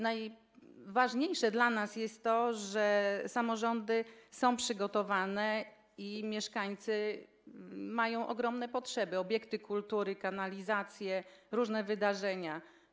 Najważniejsze dla nas jest to, że samorządy są przygotowane, a mieszkańcy mają ogromne potrzeby: obiekty kultury, kanalizacje, różne wydarzenia.